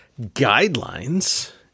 guidelines